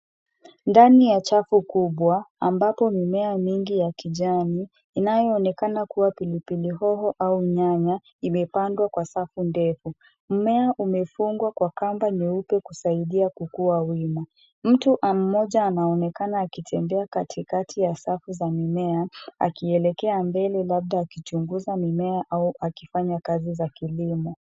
Ndani ya chafu kubwa, ambayo mimea mingi ya kijani, inayoonekana kuwa pilipili hoho au nyanya, imepandwa kwa safu ndefu. Mmea umefungwa kwa kamba nyeupe kusaidia kukua wima. Mtu mmoja anaonekana akitembea katikati ya safu ya mimea, akielekea mbele labda akichunguza mimea au akifanya kazi za kilimo.